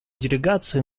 делегации